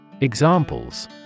Examples